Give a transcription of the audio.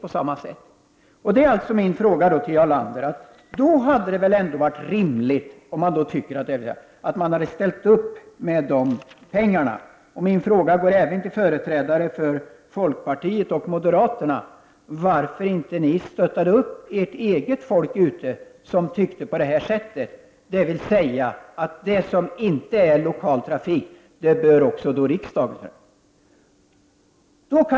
Jag vill med anledning av detta fråga Jarl Lander: Hade det då inte varit rimligt om socialdemokraterna hade så att säga ställt upp med dessa pengar? Jag vill även fråga företrädare för folkpartiet och moderaterna varför de inte har stöttat sitt eget folk som hade denna uppfattning, dvs. att det som inte är lokaltrafik skall riksdagen fatta beslut om.